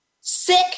sick